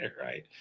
right